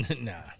Nah